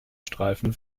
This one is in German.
streifen